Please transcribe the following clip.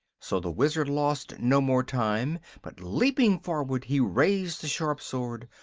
so the wizard lost no more time, but leaping forward he raised the sharp sword,